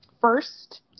first